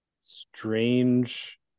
strange